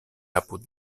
apud